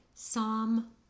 Psalm